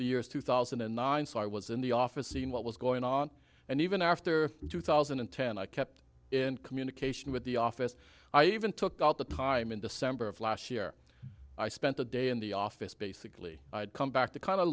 the years two thousand and nine so i was in the office seeing what was going on and even after two thousand and ten i kept in communication with the office i even took out the time in december of last year i spent a day in the office basically i'd come back to kind of